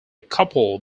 couple